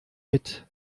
mit